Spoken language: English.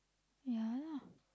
ya lah